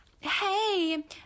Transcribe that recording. Hey